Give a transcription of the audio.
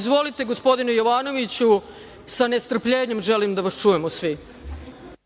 Izvolite, gospodine Jovanoviću, sa nestrpljenjem želim da vas čujemo svi.